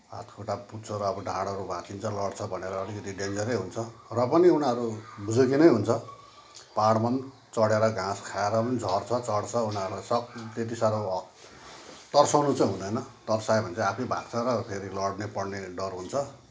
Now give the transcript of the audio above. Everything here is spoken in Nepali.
हात खुट्टा पुच्छर अब ढाँडहरू भाँचिन्छ लड्छ भनेर अलिकति डेन्जरै हुन्छ र पनि उनीहरू बुझकी नै हुन्छ पाहाडमा पनि चढेर घाँस खाएर पनि झर्छ चढ्छ उनीहरूलाई सब त्यति साह्रो ह तर्साउनु चाहिँ हुँदैन तर्सायो भने चाहिँ आफै भाग्छ र फेरि लड्नेपड्ने डर हुन्छ